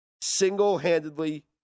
Single-handedly